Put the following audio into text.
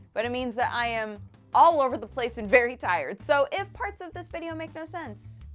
but it means that i am all over the place and very tired. so, if parts of this video make no sense.